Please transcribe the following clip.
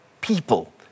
people